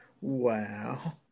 Wow